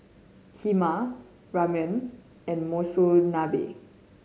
Kheema Ramen and Monsunabe